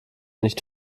nicht